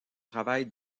travail